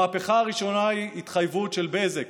המהפכה הראשונה היא התחייבות של בזק,